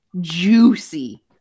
juicy